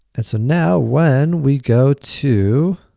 and so, now when we go to